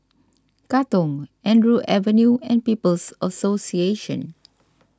Katong Andrew Avenue and People's Association